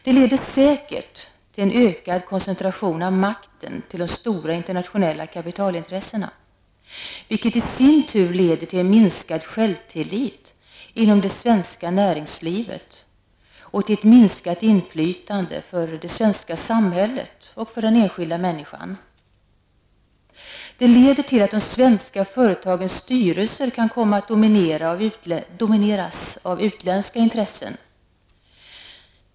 Det leder säkert till en ökad koncentration av makten till de stora internationella kapitalintressena, vilken i sin tur leder till en minskad självtillit inom det svenska näringslivet och till ett minskat inflytande för det svenska samhället och för den enskilda människan. Det leder till att de svenska företagens styrelser kan komma att domineras av utländska intressen.